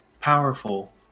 Powerful